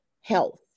health